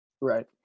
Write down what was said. Right